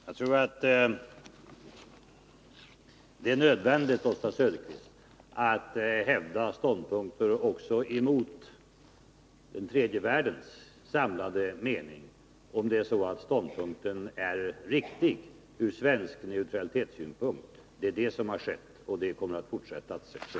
Fru talman! Det är nödvändigt, Oswald Söderqvist, att hävda ståndpunkter också emot den tredje världens samlade mening, om det är så att ståndpunkterna är riktiga ur svensk neutralitetssynpunkt. Det är det som har skett, och det kommer att fortsätta att ske.